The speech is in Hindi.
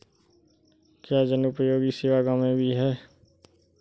क्या जनोपयोगी सेवा गाँव में भी है?